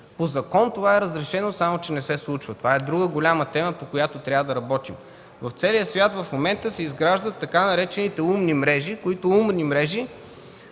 По закон това е разрешено, само че не се случва. Това е друга голяма тема, по която трябва да работим. В целия свят в момента се изграждат така наречените умни мрежи, които умни мрежи